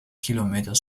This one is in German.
kilometer